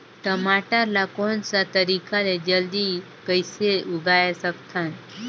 टमाटर ला कोन सा तरीका ले जल्दी कइसे उगाय सकथन?